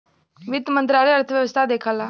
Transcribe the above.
वित्त मंत्रालय अर्थव्यवस्था देखला